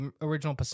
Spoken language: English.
original